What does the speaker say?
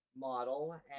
Model